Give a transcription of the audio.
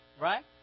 Right